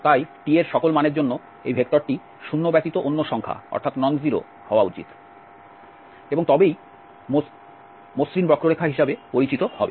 তাই t এর সকল মানের জন্য এই ভেক্টরটি 0 ব্যতীত অন্য সংখ্যা হওয়া উচিত এবং তবেই বক্ররেখা মসৃণ হিসাবে পরিচিত হবে